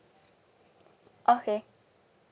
okay